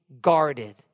guarded